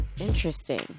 Interesting